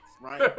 right